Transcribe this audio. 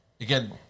Again